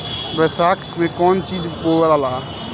बैसाख मे कौन चीज बोवाला?